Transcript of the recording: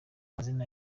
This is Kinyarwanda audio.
amazina